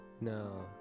no